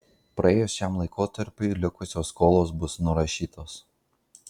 praėjus šiam laikotarpiui likusios skolos bus nurašytos